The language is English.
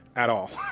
at all